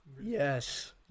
Yes